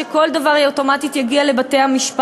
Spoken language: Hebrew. שכל דבר אוטומטית יגיע לבתי-המשפט.